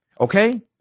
Okay